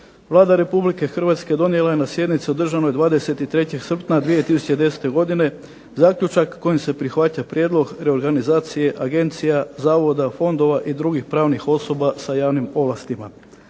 Vlada Republike Hrvatske donijela je na sjednici održanoj 23. srpnja 2010. godine zaključak kojim se prihvaća prijedlog reorganizacije agencija, zavoda, fondova i drugih pravnih osoba sa javnim ovlastima.